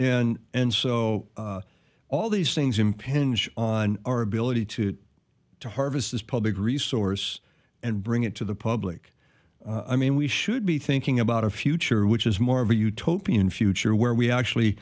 chinook and so all these things impinge on our ability to harvest this public resource and bring it to the public i mean we should be thinking about a future which is more of a utopian future where we actually